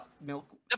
milk